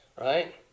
right